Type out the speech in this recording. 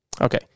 Okay